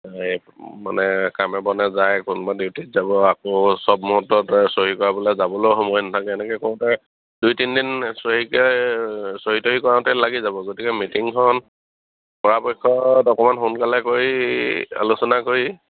মানে কামে বনে যায় কোনোবা ডিউটিত যাব আকৌ চব মূহুৰ্তত চহী কৰাবলে যাবলৈও সময় নাথাকে এনেকে কৰোঁতে দুই তিনিদিন চহীকে চহী তহী কৰাওঁতে লাগি যাব গতিকে মিটিংখন পৰাপক্ষত অকণমান সোনকালে কৰি আলোচনা কৰি